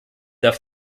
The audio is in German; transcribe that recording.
darf